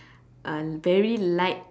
uh very light